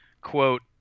quote